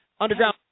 Underground